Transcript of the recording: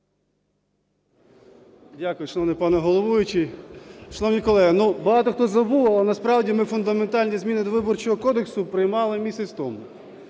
Дякую, шановний пане головуючий. Шановні колеги, ну, багато хто забув, але насправді ми фундаментальні зміни до Виборчого кодексу приймали місяць тому.